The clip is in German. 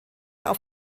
auf